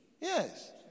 Yes